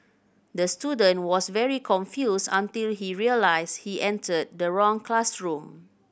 the student was very confused until he realised he entered the wrong classroom